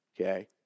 okay